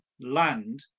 land